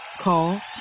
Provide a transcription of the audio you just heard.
Call